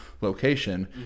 location